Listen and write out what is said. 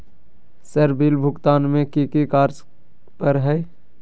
Sir bill भुगतान में की की कार्य पर हहै?